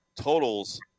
totals